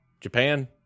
Japan